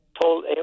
told